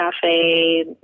Cafe